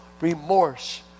remorse